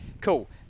cool